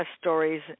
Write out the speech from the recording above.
stories